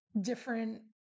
different